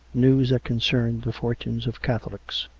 news that concerned the fortunes of catholics.